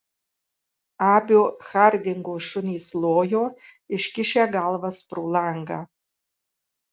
abio hardingo šunys lojo iškišę galvas pro langą